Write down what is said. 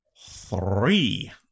three